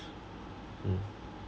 mm